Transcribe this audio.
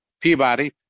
Peabody